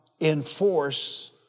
enforce